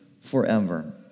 forever